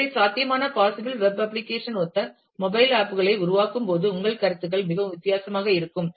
எனவே சாத்தியமான possible web application ஒத்த மொபைல் ஆப் ஐ உருவாக்கும்போது உங்கள் கருத்துக்கள் மிகவும் வித்தியாசமாக இருக்கும்